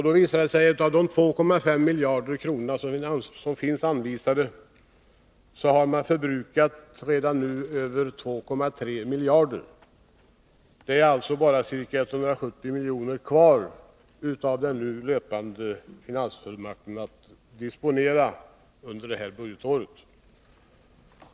Det visar sig man att av de 2,5 miljarder som finns anvisade redan nu förbrukat över 2,3 miljarder. Det är alltså bara ca 170 miljoner kvar av den löpande finansfullmakten att disponera under det här budgetåret.